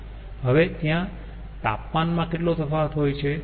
હવે ત્યાં તાપમાનમાં કેટલો તફાવત હોય છે